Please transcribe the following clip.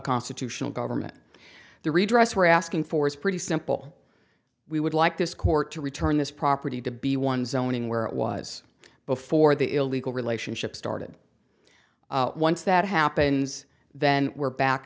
constitutional government the redress we're asking for is pretty simple we would like this court to return this property to be one zoning where it was before the illegal relationship started once that happens then we're back